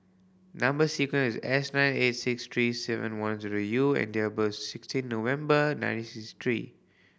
number sequence S nine eight six three seven one zero U and date of birth is sixteen November nineteen sixty three